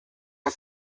are